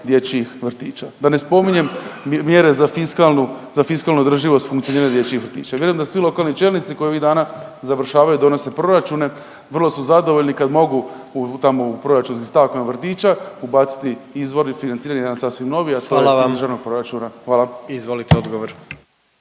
dječjih vrtića, da ne spominjem mjere za fiskalnu, za fiskalnu održivost i funkcioniranje dječjih vrtića. Vjerujem da svi lokalni čelnici koji ovih dana završavaju i donose proračune vrlo su zadovoljni kad mogu tamo u proračunskim stavkama vrtića ubaciti izvor i financiranje na jedan sasvim novi … …/Upadica predsjednik: Hvala vam./… … a to